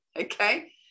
okay